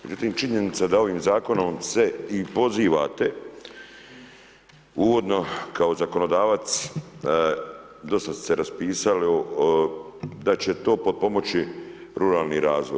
Međutim, činjenica da ovim zakonom se i pozivate uvodno kao zakonodavac dosta ste se raspisali da će to potpomoći ruralni razvoj.